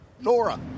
Nora